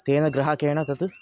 तेन ग्राहकेण तत्